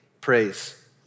praise